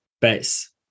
Base